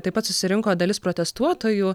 taip pat susirinko dalis protestuotojų